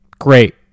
great